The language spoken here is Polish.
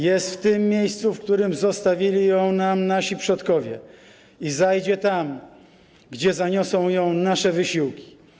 Jest w tym miejscu, w którym zostawili ją nam nasi przodkowie, i zajdzie tam, gdzie zaniosą ją nasze wysiłki.